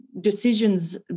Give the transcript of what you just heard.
decisions